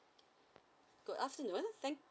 good afternoon thank